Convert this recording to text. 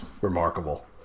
remarkable